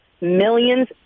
millions